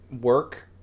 work